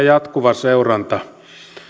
jatkuva seuranta